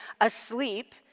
asleep